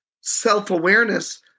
self-awareness